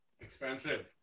expensive